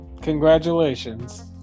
Congratulations